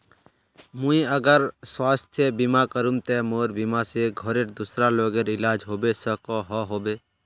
मुई अगर स्वास्थ्य बीमा करूम ते मोर बीमा से घोरेर दूसरा लोगेर इलाज होबे सकोहो होबे?